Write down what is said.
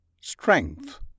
strength